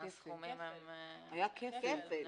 הסכומים הם --- יש כפל.